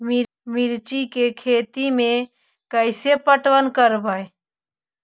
मिर्ची के खेति में कैसे पटवन करवय?